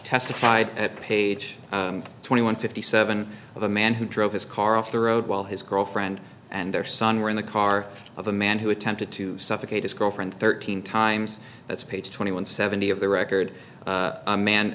testified at page twenty one fifty seven of a man who drove his car off the road while his girlfriend and their son were in the car of a man who attempted to suffocate his girlfriend thirteen times that's page twenty one seventy of the record a man